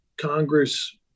Congress